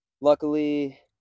Luckily